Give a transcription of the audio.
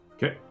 Okay